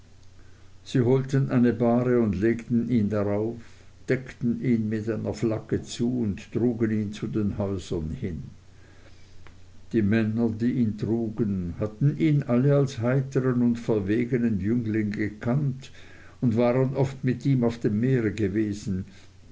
sie holten eine bahre und legten ihn darauf deckten ihn mit einer flagge zu und trugen ihn zu den häusern hin die männer die ihn trugen hatten ihn alle als heitern und verwegenen jüngling gekannt und waren oft mit ihm auf dem meere gewesen